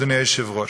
אדוני היושב-ראש,